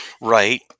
Right